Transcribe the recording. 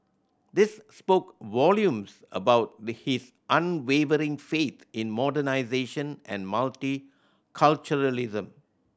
this spoke volumes about the his unwavering faith in modernisation and multiculturalism